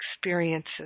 experiences